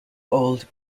old